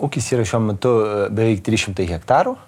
ūkis yra šiuo metu beveik trys šimtai hektarų